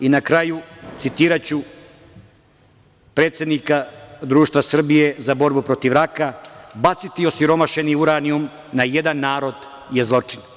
Na kraju, citiraću predsednika Društva Srbije za borbu protiv raka: „Baciti osiromašeni uranijum na jedan narod je zločin.